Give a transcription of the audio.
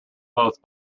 both